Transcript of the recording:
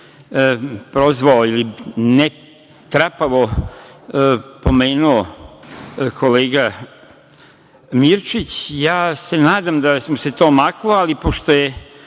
prozvao, trapavo pomenuo, kolega Mirčić. Ja se nadam da mu se to omaklo, ali, pošto je